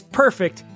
perfect